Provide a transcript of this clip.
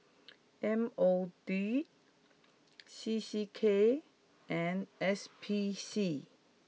M O D C C K and S P C